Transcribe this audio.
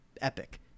epic